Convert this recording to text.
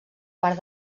part